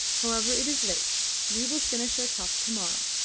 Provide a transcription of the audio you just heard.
however, it is late we will finish our talk to-morrow.